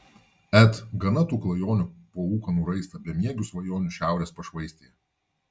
et gana tų klajonių po ūkanų raistą bemiegių svajonių šiaurės pašvaistėje